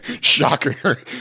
Shocker